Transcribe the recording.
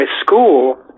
school